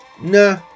Nah